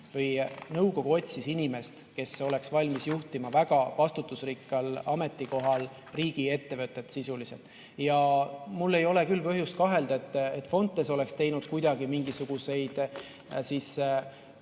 või nõukogu otsis inimest, kes oleks valmis juhtima väga vastutusrikkal ametikohal riigiettevõtet sisuliselt. Mul ei ole küll põhjust kahelda, et Fontes oleks teinud kuidagi mingisuguseid